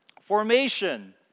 formation